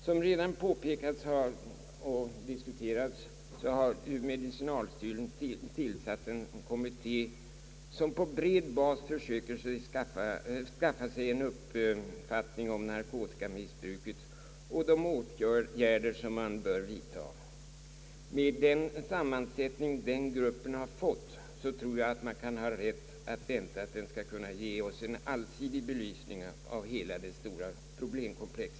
Som redan påpekats i debatten har medicinalstyrelsen tillsatt en kommitté som på bred bas försöker skaffa sig en uppfattning om narkotikamissbruket och de åtgärder man bör vidtaga. Med den sammansättning som kommittén fått tror jag man kan ha rätt att vänta att den skall kunna ge oss en allsidig belysning av hela detta stora problemkomplex.